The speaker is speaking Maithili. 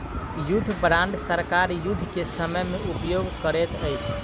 युद्ध बांड सरकार युद्ध के समय में उपयोग करैत अछि